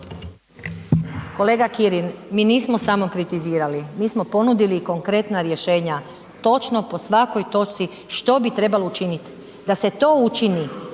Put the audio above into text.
Kolega Kirin, mi nismo samo kritizirali. Mi smo ponudili konkretna rješenja točno po svakoj točci što bi trebalo učiniti. Da se to učini,